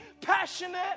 passionate